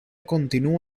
continúa